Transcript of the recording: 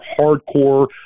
hardcore